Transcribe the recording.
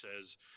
says